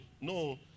No